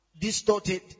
distorted